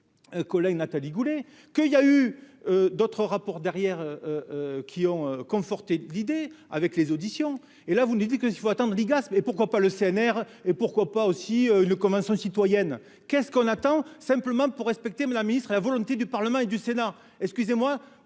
collègue Nathalie Goulet que il y a eu d'autres rapports derrière qui ont conforté l'idée avec les auditions et là vous n'étiez que s'il faut attendre l'IGAS mais pourquoi pas le CNR et pourquoi pas aussi le commun sont citoyenne, qu'est ce qu'on attend simplement pour respecter mais la ministre et la volonté du Parlement et du Sénat, excusez-moi,